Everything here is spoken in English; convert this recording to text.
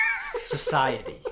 society